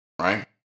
Right